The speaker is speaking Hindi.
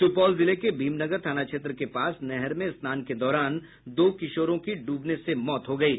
सुपौल जिले के भीमनगर थाना क्षेत्र के पास नहर में स्नान के दौरान दो किशोरों की डूबने से मौत हो गयी